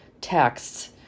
texts